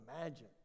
imagine